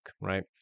right